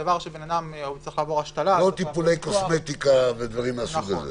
אדם שצריך לעבור השתלה --- לא טיפולי קוסמטיקה ודברים מהסוג הזה.